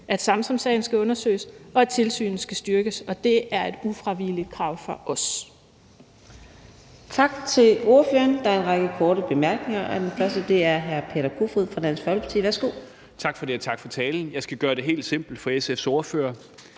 at Samsamsagen skal undersøges, og at tilsynet skal styrkes, og det er et ufravigeligt krav fra